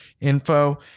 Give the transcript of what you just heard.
info